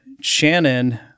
Shannon